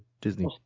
Disney